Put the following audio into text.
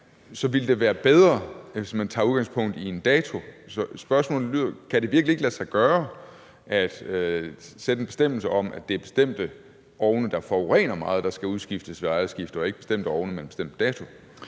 ej, ville det være bedre, end hvis man tager udgangspunkt i en dato. Så spørgsmålet lyder: Kan det virkelig ikke lade sig gøre at sætte en bestemmelse ind om, at det er bestemte ovne, der forurener meget, der skal udskiftes ved ejerskifte, og ikke ovne med en bestemt dato?